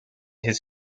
his